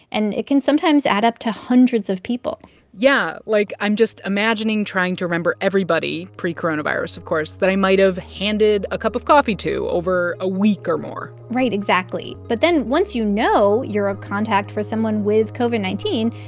and it can sometimes add up to hundreds of people yeah, like, i'm just imagining trying to remember everybody pre-coronavirus, of course that i might have handed a cup of coffee to over a week or more right exactly. but then, once you know you're a contact for someone with covid nineteen,